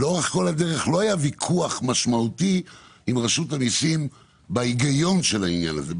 לאורך כל הדרך לא היה ויכוח משמעותי עם רשות המסים בהיגיון של הדבר הזה,